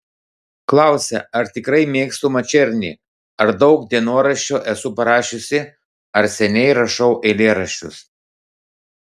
klausia ar tikrai mėgstu mačernį ar daug dienoraščio esu parašiusi ar seniai rašau eilėraščius